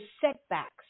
setbacks